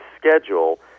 schedule